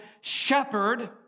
shepherd